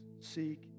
seek